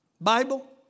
Bible